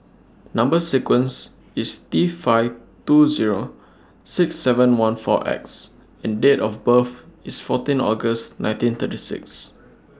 Number sequence IS T five two Zero six seven one four X and Date of birth IS fourteen August nineteen thirty six